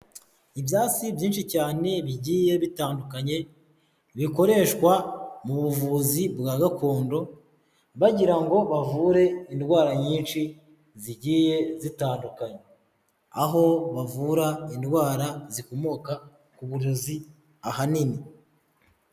Ibyatsi byinshi cyane bigiye bitandukanye, bikoreshwa mu buvuzi bwa gakondo bagira ngo bavure indwara nyinshi zigiye zitandukanya, aho bavura indwara zikomoka ku burozi ahanini.